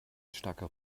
starker